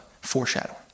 Foreshadow